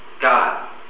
God